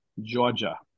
Georgia